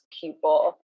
people